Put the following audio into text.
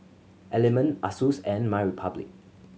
Element Asus and MyRepublic